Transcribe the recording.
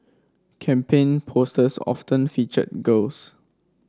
campaign posters often featured girls